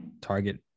target